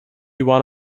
one